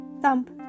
Thump